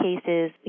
cases